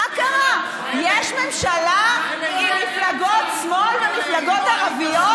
יש ממשלה עם מפלגות שמאל ומפלגות ערביות.